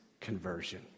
conversion